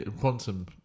quantum